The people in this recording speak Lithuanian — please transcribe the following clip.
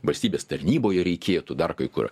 valstybės tarnyboje reikėtų dar kai kur